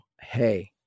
hey